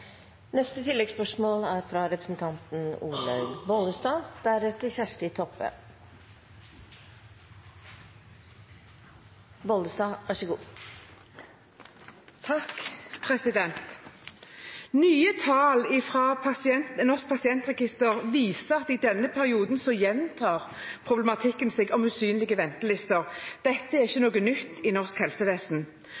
Olaug V. Bollestad – til oppfølgingsspørsmål. Nye tall fra Norsk pasientregister viser at i denne perioden gjentar problematikken med usynlige ventelister seg. Dette er ikke